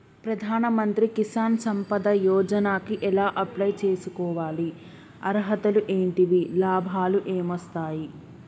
ప్రధాన మంత్రి కిసాన్ సంపద యోజన కి ఎలా అప్లయ్ చేసుకోవాలి? అర్హతలు ఏంటివి? లాభాలు ఏమొస్తాయి?